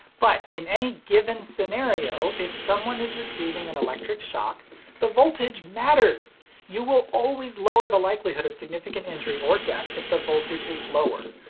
but, in any given scenario, if someone is receiving an electric shock the voltage matters you will always lower the likelihood of significant injury or death if the voltage is lower.